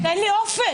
תן לי אופק.